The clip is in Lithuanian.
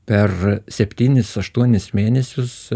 per septynis aštuonis mėnesius